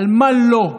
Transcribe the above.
על מה לא,